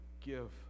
give